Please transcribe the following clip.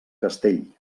castell